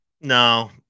no